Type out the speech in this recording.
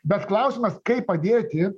bet klausimas kaip padėti